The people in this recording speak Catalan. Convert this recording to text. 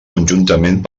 conjuntament